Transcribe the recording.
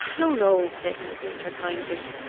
no, no, said midwinter, kindly.